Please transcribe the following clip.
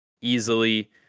easily